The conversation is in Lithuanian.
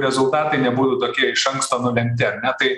rezultatai nebūtų tokie iš anksto nulemti ar ne tai